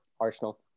arsenal